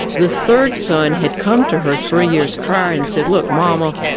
the third son had come to her three years prior, and said, look mum, ah